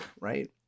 right